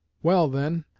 well, then,